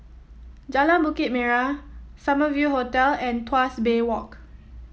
Jalan Bukit Merah Summer View Hotel and Tuas Bay Walk